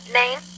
name